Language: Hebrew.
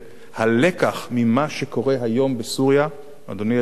הלקח ממה שקורה היום בסוריה, אדוני היושב-ראש,